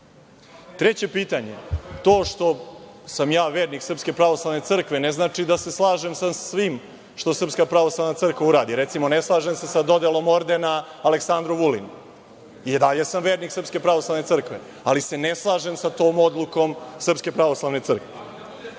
pitanje, to što sam ja vernik Srpske pravoslavne crkve ne znači da se slažem sa svim što Srpska pravoslavna crkva uradi. Recimo, ne slažem se sa dodelom ordena Aleksandru Vulinu. I dalje sam vernik Srpske pravoslavne crkve, ali se ne slažem sa tom odlukom Srpske pravoslavne crkve. Što